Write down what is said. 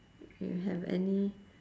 you have any